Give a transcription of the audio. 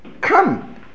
come